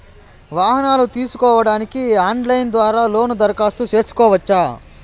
వాహనాలు తీసుకోడానికి ఆన్లైన్ ద్వారా లోను దరఖాస్తు సేసుకోవచ్చా?